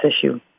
issue